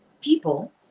people